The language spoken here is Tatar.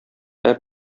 һәр